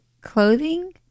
clothing